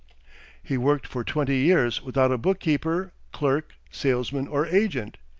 he worked for twenty years without a book-keeper, clerk, salesman, or agent.